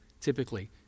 typically